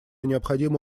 необходимо